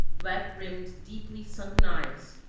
black-rimmed, deeply-sunken eyes,